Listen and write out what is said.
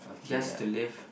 just to live